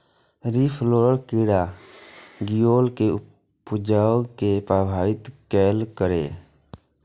leaf roller कीड़ा गिलोय के उपज कें प्रभावित केलकैए